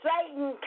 Satan